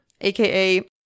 aka